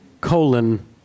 colon